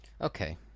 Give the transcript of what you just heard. Okay